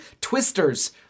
Twisters